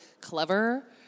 clever